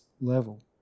level